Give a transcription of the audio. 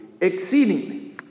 exceedingly